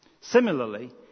Similarly